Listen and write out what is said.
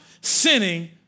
sinning